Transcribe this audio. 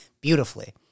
beautifully